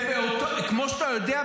כמו שאתה יודע,